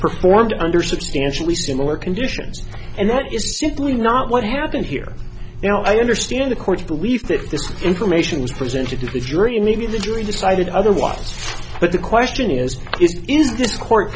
performed under substantially similar conditions and that is simply not what happened here now i understand the court believes that this information was presented to the jury and even the jury decided otherwise but the question is i